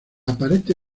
aparente